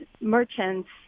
merchants